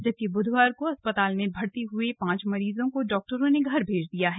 जबकि बुधवार को अस्पताल में भर्ती हुए पांच मरीजों को डाक्टरों ने घर भेज दिया है